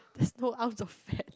just go off the fan